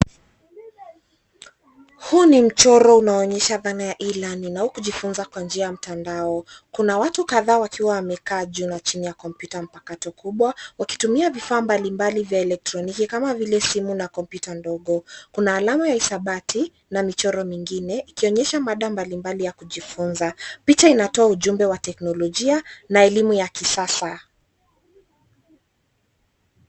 Huu ni mchoro unaoonyesha thana ya E-learning au kujifunza kwa njia ya mtandao. Kuna watu kadhaa wakiwa wamekaa juu na chini ya kompyuta mpakato kubwa, wakitumia vifaa mbalimbali vya elekroniki kama vile simu na kompyuta ndogo. Kuna alama ya hisabati na michoro mingine, ikionyesha mada mbalimbali ya kujifunza. Picha inatoa ujumbe wa teknolojia na elimu ya kisasa.